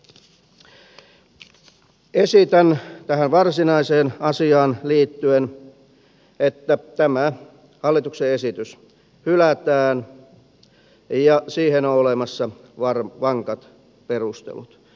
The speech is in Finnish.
esitän tähän varsinaiseen asiaan liittyen että tämä hallituksen esitys hylätään ja siihen on olemassa vankat perustelut